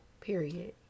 Period